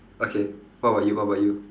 okay what about you what about you